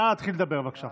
נא להתחיל לדבר, בבקשה.